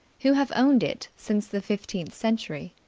who have owned it since the fifteenth century.